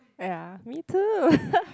ya me too